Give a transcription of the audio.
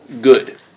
good